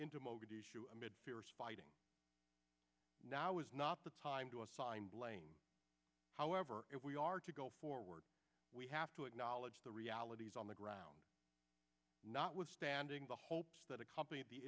into mogadishu amid fierce fighting now is not the time to assign blame however if we are to go forward we have to acknowledge the realities on the ground notwithstanding the hopes that accompany the